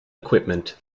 equipment